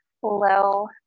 Hello